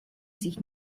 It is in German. sich